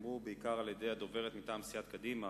שנאמרו בעיקר על-ידי הדוברת מטעם סיעת קדימה,